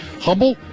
Humble